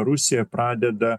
rusija pradeda